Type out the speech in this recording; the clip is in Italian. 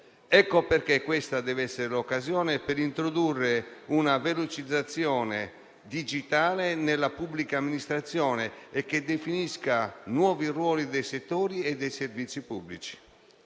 Ecco perché questa dev'essere l'occasione per introdurre una velocizzazione digitale nella pubblica amministrazione, che definisca nuovi ruoli dei settori e dei servizi pubblici.